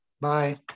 Bye